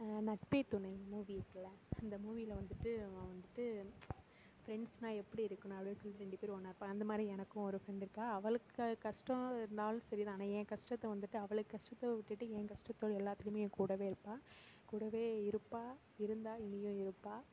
நட்பே துணை மூவி இருக்குல்ல அந்த மூவியில் வந்துட்டு வந்துட்டு ஃப்ரெண்ட்ஸ்னால் எப்படி இருக்கணும் அப்படின் சொல்லிட்டு ரெண்டு பேரும் ஒன்றா இருப்பாங்க அந்த மாதிரி எனக்கும் ஒரு ஃப்ரெண்டு இருக்காள் அவளுக்கு கஷ்டம் இருந்தாலும் சரி தான் ஆனால் என் கஷ்டத்தை வந்து அவளுக்கு கஷ்டத்தை விட்டுட்டு என் கஷ்டத்தோடு எல்லாத்துலேயுமே என் கூடவே இருப்பாள் கூடவே இருப்பாள் இருந்தாள் இனியும் இருப்பாள்